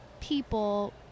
people